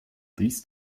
these